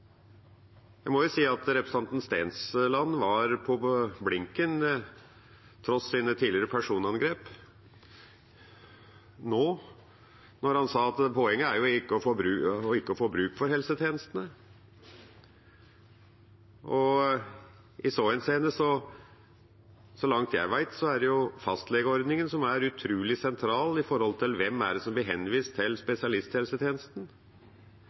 Jeg må si at representanten Stensland var på blinken nå, til tross for sine tidligere personangrep, når han sa at poenget er å ikke få bruk for helsetjenestene. I så henseende og så langt jeg vet, er det fastlegeordningen som er utrolig sentral med hensyn til hvem som blir henvist til spesialisthelsetjenesten.